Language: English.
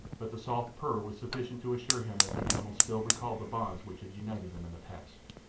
but the soft purr was sufficient to assure him that the animal still recalled the bonds which had united them in the past.